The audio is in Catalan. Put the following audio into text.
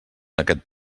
aquest